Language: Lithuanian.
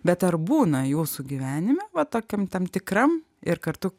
bet ar būna jūsų gyvenime va tokiam tam tikram ir kartu